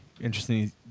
interesting